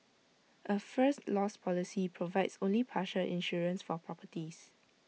A first loss policy provides only partial insurance for properties